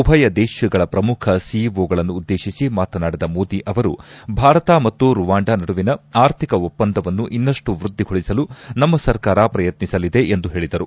ಉಭಯ ದೇಶಗಳ ಪ್ರಮುಖ ಸಿಇಒಗಳನ್ನು ಉದ್ದೇಶಿಸಿ ಮಾತನಾಡಿದ ಮೋದಿ ಅವರು ಭಾರತ ಮತ್ತು ರುವಾಂಡ ನಡುವಿನ ಆರ್ಥಿಕ ಒಪ್ಪಂದವನ್ನು ಇನ್ನಷ್ಟು ವೃದ್ಧಿಗೊಳಿಸಲು ನಮ್ಮ ಸರ್ಕಾರ ಪ್ರಯತ್ನಿಸಲಿದೆ ಎಂದು ಹೇಳಿದರು